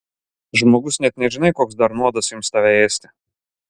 žmogus net nežinai koks dar nuodas ims tave ėsti